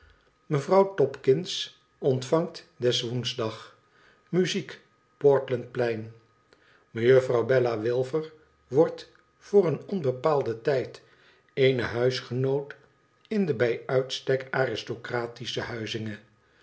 een kaartje mevrouwtopkinsontvangt des woensdag muziek portland plein mejuffrouw bella wilfer wordt voor een onbepaalden tijd eene huisgenoot in de bij uitstek aristocratische huizinge